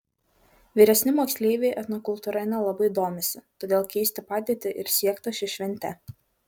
vyresni moksleiviai etnokultūra nelabai domisi todėl keisti padėtį ir siekta šia švente